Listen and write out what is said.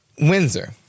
Windsor